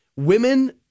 Women